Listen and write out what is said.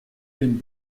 dem